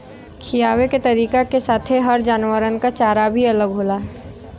खिआवे के तरीका के साथे हर जानवरन के चारा भी अलग होला